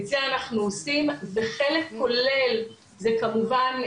את זה אנחנו עושים וחלק כולל זה כמובן,